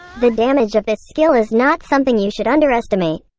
the damage of this skill is not something you should underestimate.